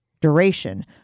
duration